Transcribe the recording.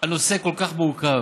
הנושא כל כך מורכב.